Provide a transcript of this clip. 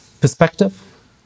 perspective